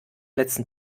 letzten